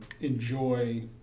enjoy